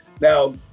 Now